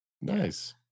Nice